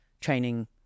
training